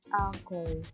okay